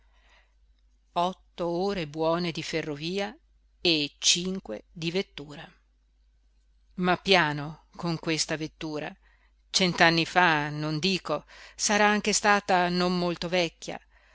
otto ore buone di ferrovia e cinque di vettura ma piano con questa vettura cent'anni fa non dico sarà anche stata non molto vecchia